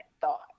thought